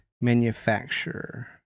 manufacturer